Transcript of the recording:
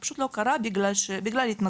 הוא פשוט לא קרה בגלל התנגדות.